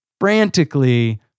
frantically